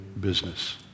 business